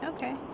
Okay